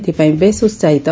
ଏଥପାଇଁ ବେଶ୍ ଉସାହିତ